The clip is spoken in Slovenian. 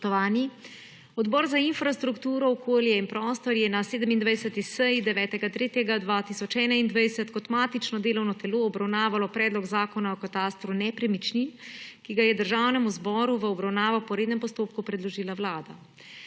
Odbor za infrastrukturo, okolje in prostor je na 27. seji 9. 3. 2021 kot matično delovno telo obravnaval Predlog zakona o katastru nepremičnin, ki ga je Državnemu zboru v obravnavo po rednem postopku predložila Vlada.